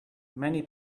many